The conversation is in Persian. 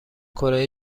کره